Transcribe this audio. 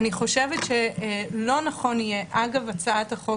אני חושבת שלא נכון יהיה אגב הצעת החוק